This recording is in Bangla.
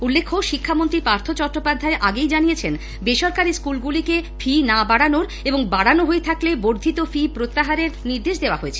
উল্লেখ্য শিক্ষামন্ত্রী পার্থ চট্টোপাধ্যায় আগেই জানিয়েছেন বেসরকারি স্কুলগুলিকে ফি না বাড়ানোর এবং বাড়ানো হয়ে থাকলে বর্ধিত ফি প্রত্যাহারের নির্দেশ দেওয়া হয়েছে